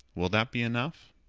will that be enough?